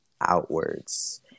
outwards